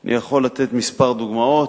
אני יכול לתת כמה דוגמאות.